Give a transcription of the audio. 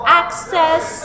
access